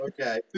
Okay